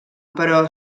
però